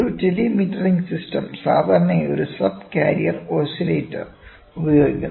ഒരു telemetering system സാധാരണയായി ഒരു സബ് കാരിയർ ഓസിലേറ്റർ ഉപയോഗിക്കുന്നു